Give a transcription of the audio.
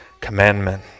commandment